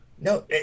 no